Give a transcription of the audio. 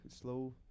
slow